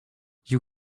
you